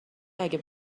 اگه